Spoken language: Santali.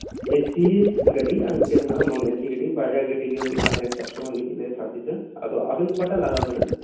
ᱮᱥᱤ ᱜᱟᱹᱰᱤ ᱟᱨ ᱢᱤᱫᱴᱮᱡ ᱱᱚᱱ ᱮᱥᱤ ᱜᱟᱹᱰᱤ ᱢᱮᱱᱟᱜᱼᱟ ᱵᱟᱨᱭᱟ ᱜᱟᱹᱰᱤ ᱜᱮᱞᱮ ᱟᱞᱮ ᱠᱟᱥᱴᱚᱢᱟᱨ ᱞᱟᱹᱜᱤᱫ ᱞᱮ ᱥᱟᱨᱵᱷᱤᱥᱟ ᱟᱫᱚ ᱟᱵᱮᱱ ᱚᱠᱟᱴᱟᱜ ᱞᱟᱜᱟᱣ ᱵᱮᱱᱟ